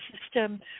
system